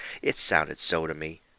it sounded so to me.